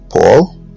Paul